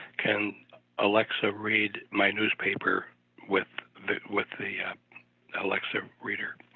can alexa read my newspaper with with the alexa reader?